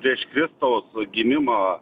prieš kristaus gimimą